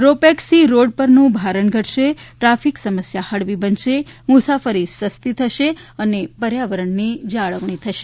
row પેક્સથી road પરનું ભારણ ઘટશે ટ્રાફિક સમસ્યા હળવી બનશે મુસાફરી સસ્તી થશે અને પર્યાવરણની જાળવણી થશે